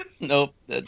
Nope